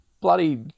bloody